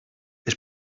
els